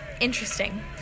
interesting